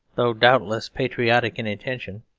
though doubtless patriotic in intention.